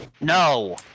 No